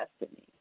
destiny